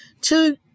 two